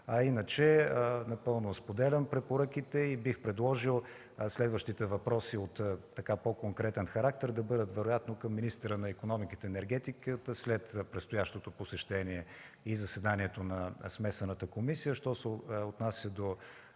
Напълно споделям препоръките и бих предложил следващите въпроси с по-конкретен характер да бъдат вероятно към министъра на икономиката и енергетиката след предстоящото посещение и заседанието на Смесената комисия. Що се отнася до